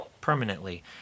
permanently